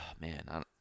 Man